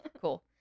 Cool